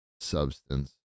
substance